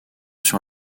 sur